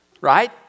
Right